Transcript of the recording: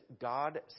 God